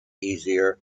easier